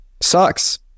sucks